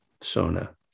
Sona